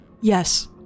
yes